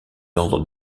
ordres